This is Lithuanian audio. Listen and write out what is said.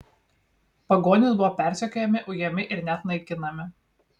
pagonys buvo persekiojami ujami ir net naikinami